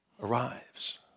arrives